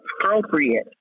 appropriate